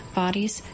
bodies